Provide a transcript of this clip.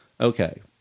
Okay